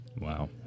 Wow